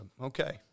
okay